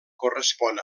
correspon